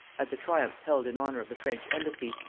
at the triumph held in honor of the french embassy,